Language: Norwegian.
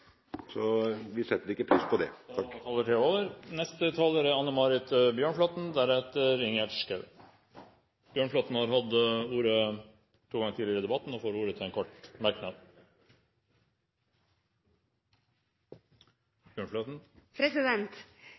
setter vi ikke pris på det. Anne Marit Bjørnflaten har hatt ordet to ganger tidligere i debatten og får ordet til en kort merknad,